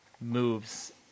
moves